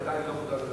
תודה.